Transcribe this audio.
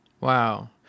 Wow